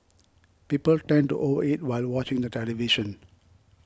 people tend to over eat while watching the television